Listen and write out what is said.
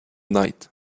night